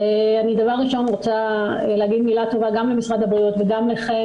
דבר ראשון אני רוצה להגיד מילה טובה גם למשרד הבריאות וגם לחן